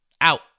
out